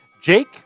Jake